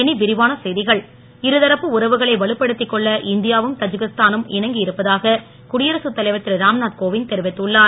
ராம்நாத் இருதரப்பு உறவுகளை வலுப்படுத்திக் கொள்ள இந்தியாவும் தஜிகிஸ்தானுன் இணங்கி இருப்பதாக குடியரசு தலைவர் திரு ராம்நாத் கோவிந்த் தெரிவித்துள்ளார்